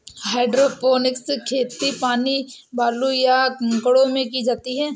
hydroponics खेती पानी, बालू, या कंकड़ों में की जाती है